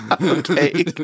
Okay